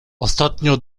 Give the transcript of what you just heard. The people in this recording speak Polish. ostatnio